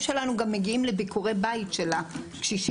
שלנו גם מגיעים לביקורי בית אצל הקשישים,